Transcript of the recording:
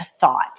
thought